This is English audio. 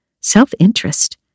self-interest